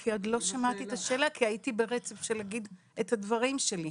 כי עוד לא שמעתי את השאלה כי הייתי ברצף של להגיד את הדברים שלי.